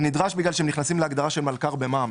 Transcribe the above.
נדרש בגלל שהם נכנסים להגדרה של מלכ"ר במע"מ,